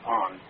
on